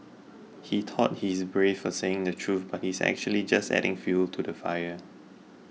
he thought he's brave for saying the truth but he's actually just adding fuel to the fire